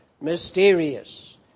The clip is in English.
mysterious